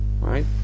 Right